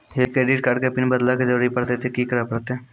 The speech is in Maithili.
यदि क्रेडिट कार्ड के पिन बदले के जरूरी परतै ते की करे परतै?